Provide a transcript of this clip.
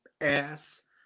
ass